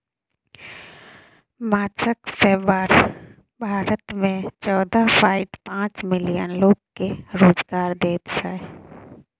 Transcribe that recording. माछक बेपार भारत मे चौदह पांइट पाँच मिलियन लोक केँ रोजगार दैत छै